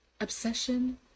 Obsession